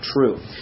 true